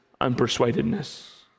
unpersuadedness